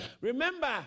Remember